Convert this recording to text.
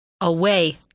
away